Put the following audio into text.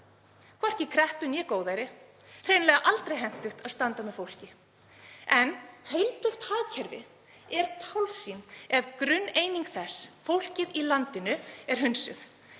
hvorki í kreppu né góðæri. Hreinlega aldrei hentugt að standa með fólki. En heilbrigt hagkerfi er tálsýn ef grunneining þess, fólkið í landinu, er hunsuð